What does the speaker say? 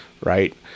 right